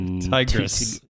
Tigris